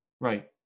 Right